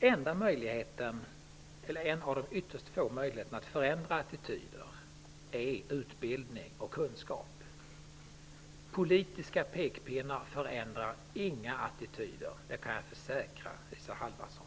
En av de ytterst få möjligheterna att förändra attityder är att ge utbildning och kunskap. Politiska pekpinnar förändrar inga attityder, det kan jag försäkra Isa Halvarsson.